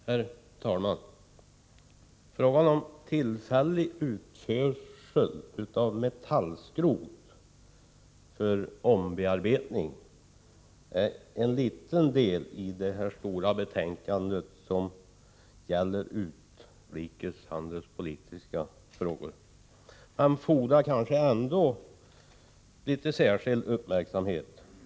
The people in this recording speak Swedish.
Herr talman! Frågan om tillfällig utförsel av metallskrot för ombearbetning är en liten del i detta stora betänkande som gäller utrikeshandelspolitiska frågor men fordrar kanske ändå en viss uppmärksamhet.